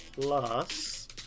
plus